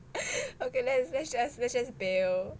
okay let's just let's just bail